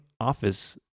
office